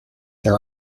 there